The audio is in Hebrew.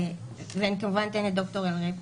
אני כמובן אתן לד"ר אלרעי פרייס,